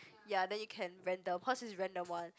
ya then you can random hers is random one